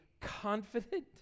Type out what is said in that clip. confident